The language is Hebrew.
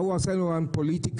בא ועשו פוליטיקה,